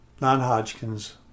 non-Hodgkin's